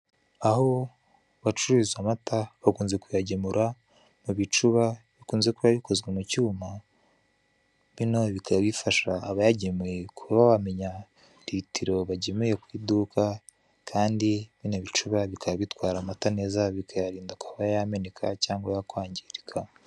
Aho bacururiza amata, bakunze kuyagemura mu bicuba bikunze kuba bikoze mu cyuma, bino bikaba bifasha abayagemuye kuba bamenya litiro bagemuye ku iduka, kandi bino bicuba bikaba bitwara amata neza, bikayarinda kuba yameneka cyangwa yakwangirika.